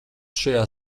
šajā